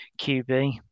QB